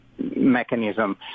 Mechanism